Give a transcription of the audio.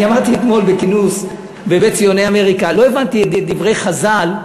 אני אמרתי אתמול בכינוס ב"בית ציוני אמריקה" לא הבנתי את דברי חז"ל,